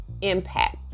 impact